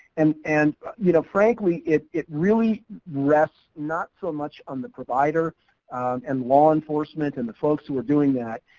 and and, you know, frankly it it really rests not so much on the provider and law enforcement and the folks who are doing that,